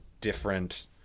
different